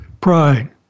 pride